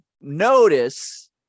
notice